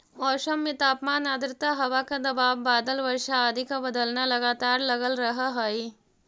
मौसम में तापमान आद्रता हवा का दबाव बादल वर्षा आदि का बदलना लगातार लगल रहअ हई